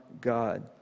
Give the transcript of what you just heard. God